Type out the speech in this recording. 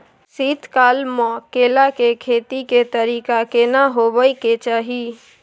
शीत काल म केला के खेती के तरीका केना होबय के चाही?